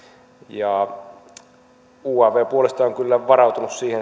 uav puolestaan on kyllä varautunut siihen